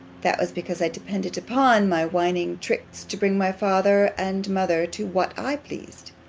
that was because i depended upon my whining tricks to bring my father and mother to what i pleased.